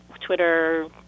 Twitter